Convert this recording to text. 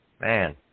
Man